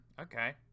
Okay